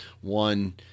One